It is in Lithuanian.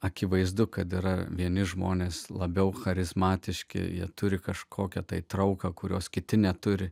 akivaizdu kad yra vieni žmonės labiau charizmatiški jie turi kažkokią tai trauką kurios kiti neturi